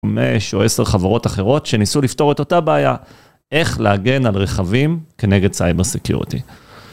חמש או עשר חברות אחרות שניסו לפתור את אותה בעיה איך להגן על רכבים כנגד סייבר סקיורטי.